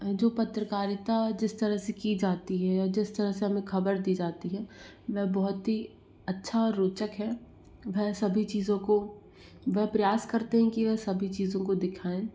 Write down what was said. जो पत्रकारिता जिस तरह से की जाती है या जिस तरह से हमें खबर दी जाती है वह बहुत अच्छा और रोचक है वह सभी चीज़ों को वह प्रयास करते हैं कि वह सभी चीज़ों को दिखाऍं